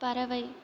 பறவை